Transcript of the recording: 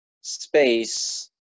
space